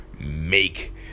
make